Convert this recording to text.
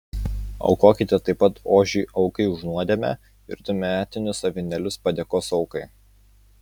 aukokite taip pat ožį aukai už nuodėmę ir du metinius avinėlius padėkos aukai